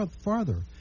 farther